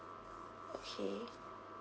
okay